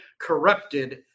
corrupted